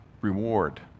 reward